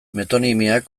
metonimiak